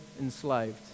enslaved